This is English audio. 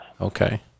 Okay